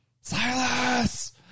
Silas